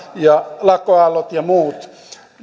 ja lakkoaallot ja muut